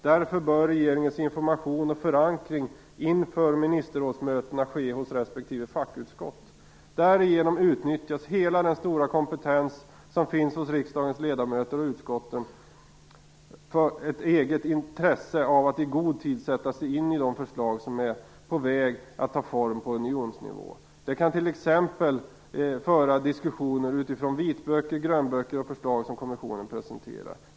Därför bör regeringens information och förankring inför ministerrådsmötena ske hos respektive fackutskott. Därigenom utnyttjas hela den stora kompetens som finns hos riksdagens ledamöter och utskottet, ett eget intresse av att i god tid sätta sig in i de förslag som är på väg att ta form på unionsnivå. De kan t.ex. föra diskussioner utifrån vitböcker, grönböcker och förslag som kommissionen presenterar.